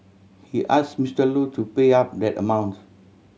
he ask Mister Lu to pay up that amount